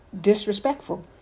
disrespectful